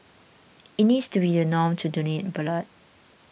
it needs to be the norm to donate blood